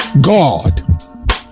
God